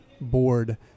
board